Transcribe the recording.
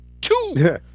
Two